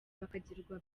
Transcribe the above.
bakagirwa